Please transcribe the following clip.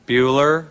Bueller